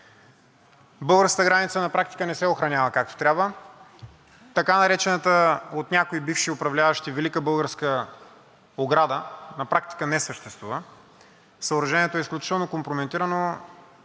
Българската граница на практика не се охранява както трябва. Така наречената от някои бивши управляващи „велика българска ограда“ на практика не съществува. Съоръжението е изключително компрометирано.